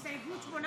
הסתייגות 865,